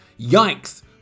Yikes